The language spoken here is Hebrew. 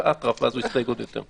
קיבל אטרף ואז הוא הסתייג עוד יותר.